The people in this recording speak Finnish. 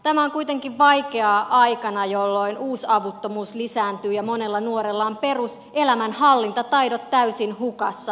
tämä on kuitenkin vaikeaa aikana jolloin uusavuttomuus lisääntyy ja monella nuorella ovat peruselämänhallintataidot täysin hukassa